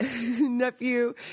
nephew